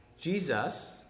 Jesus